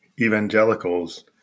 evangelicals